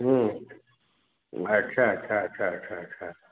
अच्छा अच्छा अच्छा अच्छा अच्छा